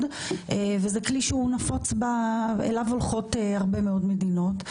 וזה כלי שהוא נפוץ ואליו הולכות הרבה מאוד מדינות,